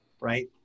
right